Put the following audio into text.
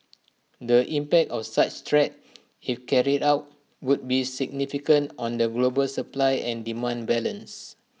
the impact of such threat if carried out would be significant on the global supply and demand balance